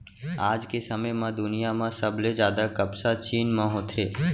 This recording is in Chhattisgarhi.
आज के समे म दुनिया म सबले जादा कपसा चीन म होथे